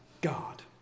God